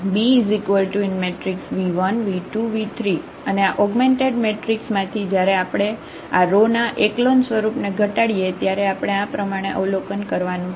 Bv1 v2 v3 અને આ augmented matrix માંથી જયારે આપણે આ રો ના એકલોન સ્વરૂપને ઘટાડીએ ત્યારે આપણે આ પ્રમાણે અવલોકન કરવાનું છે